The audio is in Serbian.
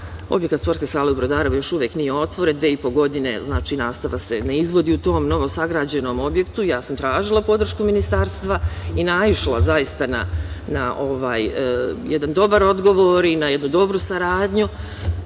objekat sportske sale u Brodarevu još uvek nije otvoren. Dve i po godine nastava se ne izvodi u tom novosagrađenom objektu. Ja sam tražila podršku Ministarstva i naišla zaista na jedan dobar odgovor i na jednu dobru saradnju.